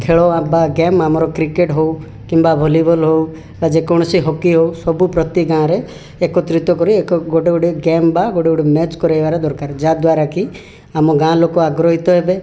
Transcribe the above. ଖେଳ ବା ଗେମ୍ ଆମର କ୍ରିକେଟ୍ ହେଉ କିମ୍ବା ଭଲିବଲ୍ ହେଉ ବା ଯେକୌଣସି ହକି ହେଉ ସବୁ ପ୍ରତି ଗାଁରେ ଏକତ୍ରିତ କରି ଏକ ଗୋଟେ ଗୋଟେ ଗେମ୍ ବା ଗୋଟେ ଗୋଟେ ମ୍ୟାଚ୍ କରେଇବାର ଦରକାର ଯାଦ୍ୱାରାକି ଆମ ଗାଁ ଲୋକ ଆଗ୍ରହୀତ ହେବେ